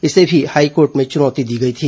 इसे भी हाईकोर्ट में चुनौती दी गई थी